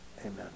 amen